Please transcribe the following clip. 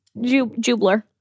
Jubler